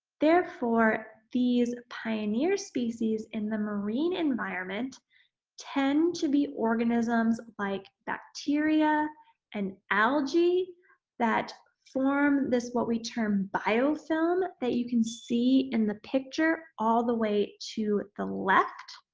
therefore, these pioneer species in the marine environment tend to be organisms like bacteria and algae that form this what we term biofilm that you can see in the picture all the way to the left.